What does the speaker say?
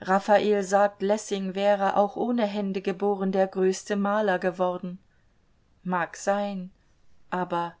raphael sagt lessing wäre auch ohne hände geboren der größte maler geworden mag sein aber